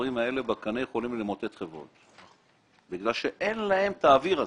המעצורים האלה בקנה יכולים למוטט חברות כי אין להן את האוויר הזה.